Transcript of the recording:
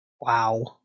Wow